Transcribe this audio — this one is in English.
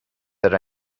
that